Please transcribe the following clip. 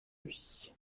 lui